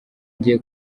ngiye